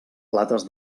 plates